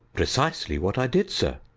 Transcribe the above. precisely what i did, sir.